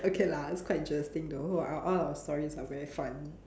okay lah it's quite interesting though are all of our stories are very funny